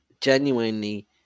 genuinely